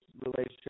relationship